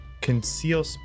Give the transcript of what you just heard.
conceal